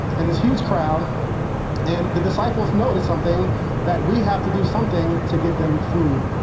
and this huge crowd and the disciples notice something that we have to do something to get them food.